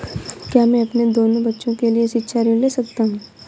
क्या मैं अपने दोनों बच्चों के लिए शिक्षा ऋण ले सकता हूँ?